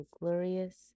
glorious